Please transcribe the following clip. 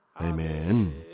Amen